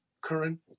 current